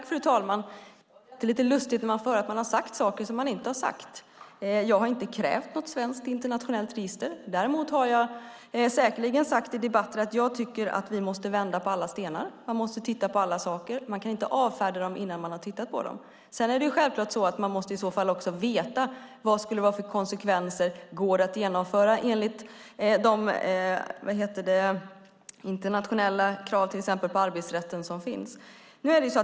Fru talman! Det är alltid lite lustigt när man får höra att man har sagt saker som man inte har sagt. Jag har inte krävt något svenskt internationellt register. Däremot har jag säkerligen sagt i debatter att jag tycker att vi måste vända på alla stenar. Man måste titta på alla saker. Man kan inte avfärda dem innan man har tittat på dem. Sedan är det självklart så att man också måste veta vad det skulle få för konsekvenser. Går det att genomföra enligt de internationella krav, till exempel på arbetsrätten, som finns?